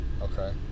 Okay